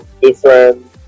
different